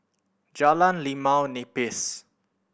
Jalan Limau Nipis